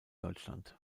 deutschland